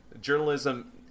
journalism